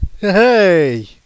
Hey